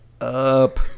up